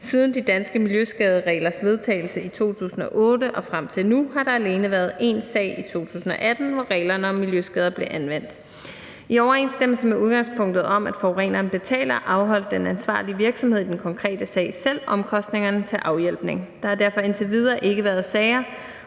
Siden de danske miljøskadereglers vedtagelse i 2008 og frem til nu har der alene været en sag i 2018, hvor reglerne om miljøskader blev anvendt. I overensstemmelse med udgangspunktet om, at forureneren betaler, afholdt den ansvarlige virksomhed i den konkrete sag selv omkostningerne til afhjælpning. Der har derfor indtil videre ikke været sager,